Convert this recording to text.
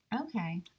Okay